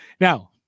Now